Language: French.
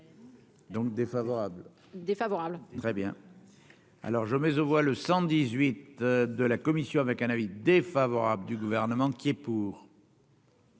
Donc défavorable, défavorable, très bien, alors je mets aux voix le 118 de la Commission, avec un avis défavorable du gouvernement qui est pour.